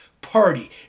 party